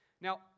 Now